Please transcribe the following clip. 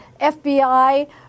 FBI